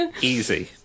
Easy